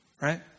right